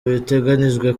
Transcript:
biteganijwe